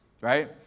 right